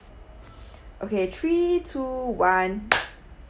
okay three to one